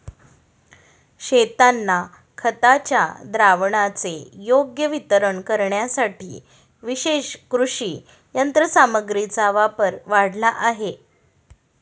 शेतांना खताच्या द्रावणाचे योग्य वितरण करण्यासाठी विशेष कृषी यंत्रसामग्रीचा वापर वाढला आहे